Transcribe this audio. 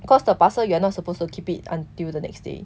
because the parcel you are not supposed to keep it until the next day